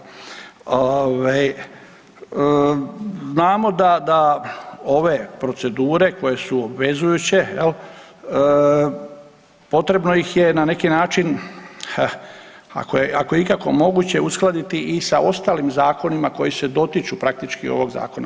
Ovaj znamo da ove procedure koje su obvezujuće jel potrebno ih je na neki način ako je ikako moguće uskladiti i sa ostalim zakonima koji se dotiču praktički ovog zakona.